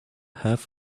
half